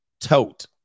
tote